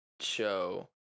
show